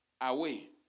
away